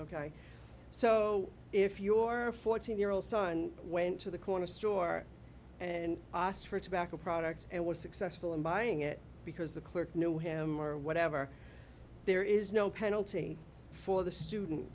ok so if your fourteen year old son went to the corner store and asked for tobacco products and was successful in buying it because the clerk knew him or whatever there is no penalty for the student